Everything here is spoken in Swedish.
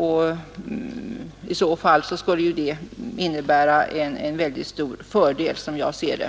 Detta skulle i så fall innebära ett synnerligen stort framsteg.